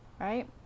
right